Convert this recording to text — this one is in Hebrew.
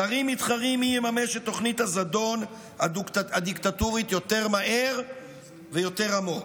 שרים מתחרים מי יממש את תוכנית הזדון הדיקטטורית יותר מהר ויותר עמוק: